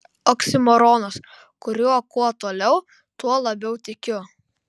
oksimoronas kuriuo kuo toliau tuo labiau tikiu